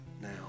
now